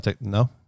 No